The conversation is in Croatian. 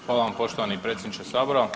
Hvala vam poštovani predsjedniče Sabora.